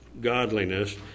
godliness